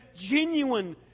genuine